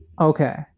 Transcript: okay